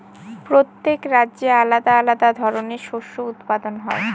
প্রত্যেক রাজ্যে আলাদা আলাদা ধরনের শস্য উৎপাদন হয়